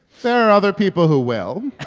there are other people who will